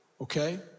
okay